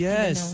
Yes